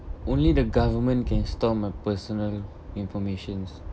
only the government can store my personal informations